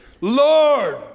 Lord